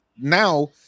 now